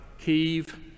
Kiev